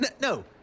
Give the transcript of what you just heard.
No